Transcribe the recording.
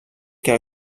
que